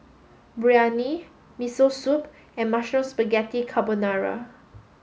Biryani Miso Soup and Mushroom Spaghetti Carbonara